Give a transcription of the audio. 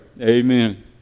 Amen